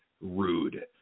Rude